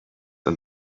and